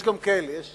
יש גם כאלה, יש